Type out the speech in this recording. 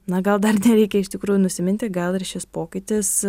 na gal dar nereikia iš tikrųjų nusiminti gal ir šis pokytis